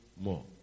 more